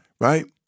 right